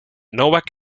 novak